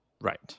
Right